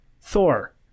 Thor